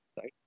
Right